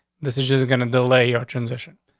this is just going to delay your transition.